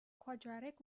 quadratic